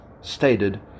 stated